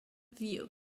view